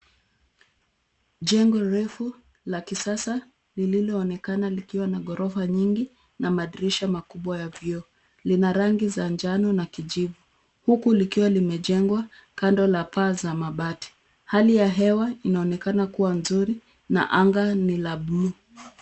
Jengo refu la kisasa lililoonekana likiwa na ghorofa nyingi na madirisha makubwa ya vioo. Lina rangi za njano na kijivu, huku likiwa limejengwa kando la paa za mabati. Hali ya hewa inaonekana kuwa nzuri na anga ni la bluu.